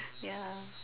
ya